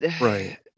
right